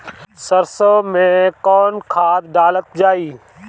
सरसो मैं कवन खाद डालल जाई?